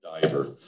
diver